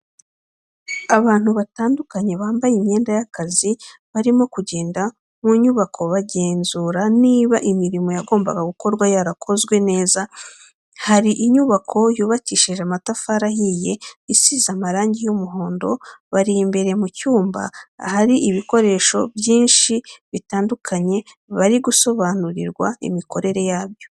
Abantu batandukanye bambaye imyenda y'akazi barimo kugenda mu nyubako bagenzura niba imirimo yagombaga gukorwa yarakozwe neza, hari inyubako yubakishije amatafari ahiye isize amarangi y'umuhondo, bari imbere mu cyumba ahari ibikoresho byinshi bitandukanye bari gusobanurirwa imikorere yabyo.